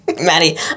Maddie